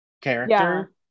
character